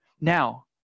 Now